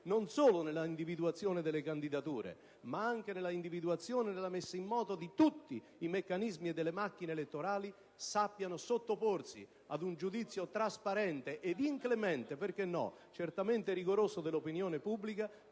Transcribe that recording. non solo nell'individuazione delle candidature, ma anche nella messa in moto di tutti i meccanismi delle macchine elettorali, sapendo sottoporsi ad un giudizio trasparente ed inclemente, perché no, ma certamente rigoroso dell'opinione pubblica